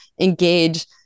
engage